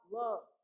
love